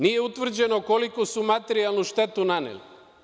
Nije utvrđeno koliku su materijalnu štetu naneli.